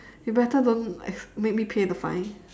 you better don't like make me pay the fine